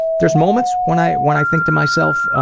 there's moments when i when i think to myself,